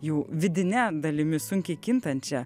jų vidine dalimi sunkiai kintančia